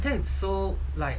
that is so like